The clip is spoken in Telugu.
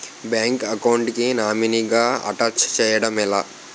బ్యాంక్ అకౌంట్ కి నామినీ గా అటాచ్ చేయడం ఎలా?